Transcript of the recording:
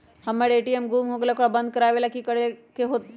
हमर ए.टी.एम गुम हो गेलक ह ओकरा बंद करेला कि कि करेला होई है?